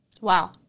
Wow